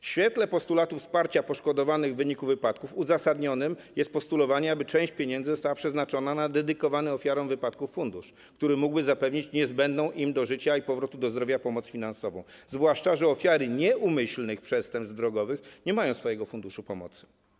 W świetle postulatów wsparcia poszkodowanych w wyniku wypadków uzasadnionym jest postulowanie, aby część pieniędzy została przeznaczona na dedykowany ofiarom wypadkom fundusz, który mógłby zapewnić niezbędną im do życia i powrotu do zdrowia pomoc finansową, zwłaszcza że ofiary nieumyślnych przestępstw drogowych nie mają swojego funduszu pomocy.